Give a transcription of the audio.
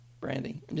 Brandy